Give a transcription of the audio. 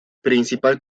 principal